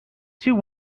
two